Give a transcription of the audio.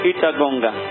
Itagonga